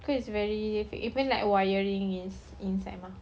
that is very even like wiring is inside mah